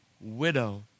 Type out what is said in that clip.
Widow